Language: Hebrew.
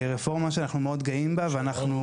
רפורמה שאנחנו מאוד גאים בה ואנחנו,